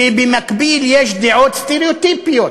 ובמקביל יש דעות סטריאוטיפיות